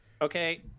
okay